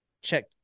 check